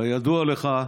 כידוע לך,